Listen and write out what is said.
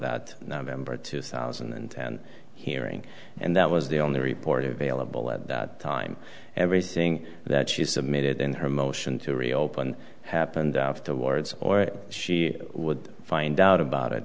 that november two thousand and ten hearing and that was the only report available at that time everything that she submitted in her motion to reopen happened afterwards or she would find out about it